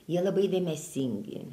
jie labai dėmesingi